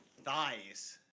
Thighs